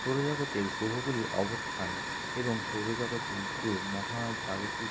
সৌরজগতের গ্রহগুলির অবস্থান এবং সৌর জগতে যে মহাজাগতিক